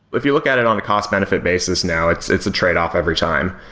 if you look at it on the cost-benefit basis now, it's it's a tradeoff every time.